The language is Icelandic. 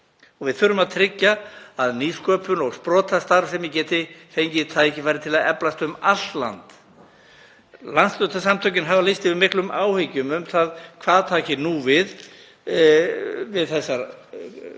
Við þurfum að tryggja að nýsköpun og sprotastarfsemi geti fengið tækifæri til að eflast um allt land. Landshlutasamtökin hafa lýst yfir miklum áhyggjum um hvað taki nú við við þessar